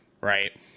Right